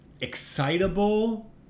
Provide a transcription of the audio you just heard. excitable